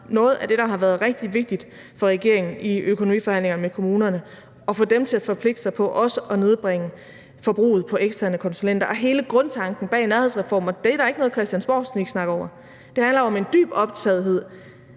noget af det, der har været rigtig vigtigt for regeringen i økonomiforhandlingerne med kommunerne, altså at få dem til at forpligte sig på også at nedbringe forbruget af eksterne konsulenter. Hele grundtanken bag nærhedsreformen – og det er der ikke noget christiansborgsniksnak over – handler jo om en dyb optagethed